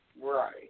Right